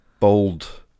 Bold